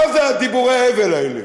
מה זה דיבורי ההבל האלה?